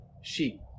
sheep